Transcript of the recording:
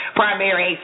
primary